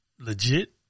legit